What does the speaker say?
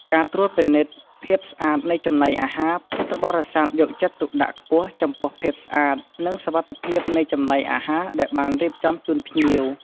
ការថែរក្សាផ្កា និងគ្រឿងលម្អ ពួកគាត់ទទួលខុសត្រូវក្នុងការរៀបចំ និងថែរក្សាផ្កាភ្ញី និងគ្រឿងលម្អផ្សេងៗ ដើម្បីឲ្យបរិវេណវត្តមានសោភ័ណភាពស្រស់ស្អាត។